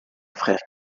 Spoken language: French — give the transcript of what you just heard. frère